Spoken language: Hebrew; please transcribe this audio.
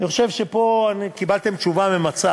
אני חושב שפה קיבלתם תשובה ממצה